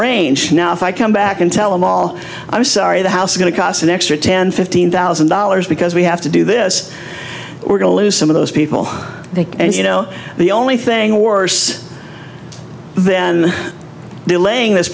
range now if i come back and tell them all i'm sorry the house going to cost an extra ten fifteen thousand dollars because we have to do this we're going to lose some of those people and you know the only thing worse then delaying this